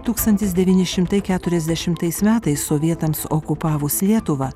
tūkstantis devyni šimtai keturiasdešimtais metais sovietams okupavus lietuvą